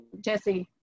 Jesse